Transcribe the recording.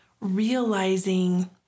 realizing